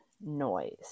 noise